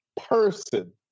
person